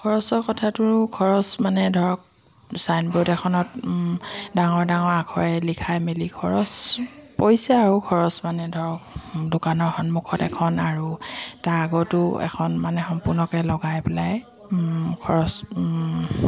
খৰচৰ কথাটো খৰচ মানে ধৰক চাইন বোৰ্ড এখনত ডাঙৰ ডাঙৰ আখেৰেৰে লিখাই মেলি খৰচ পৰিছে আৰু খৰচ মানে ধৰক দোকানৰ সন্মুখত এখন আৰু তাৰ আগতো এখন মানে সম্পূৰ্ণকে লগাই পেলাই খৰচ